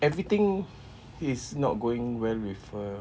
everything is not going well with her